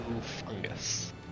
fungus